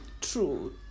true